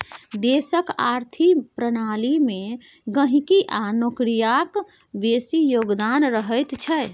देशक आर्थिक प्रणाली मे गहिंकी आ नौकरियाक बेसी योगदान रहैत छै